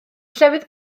llefydd